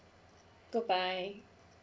goodbye